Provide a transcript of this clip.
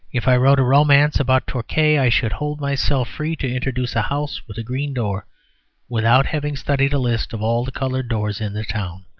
if i wrote a romance about torquay, i should hold myself free to introduce a house with a green door without having studied a list of all the coloured doors in the town.